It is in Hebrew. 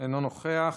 אינו נוכח,